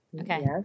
Okay